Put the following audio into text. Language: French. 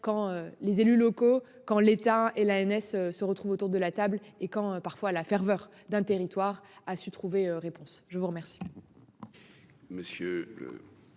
quand les élus locaux quand l'état et la NS se retrouvent autour de la table et quand parfois la ferveur d'un territoire a su trouver réponse je vous remercie.